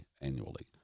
annually